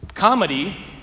Comedy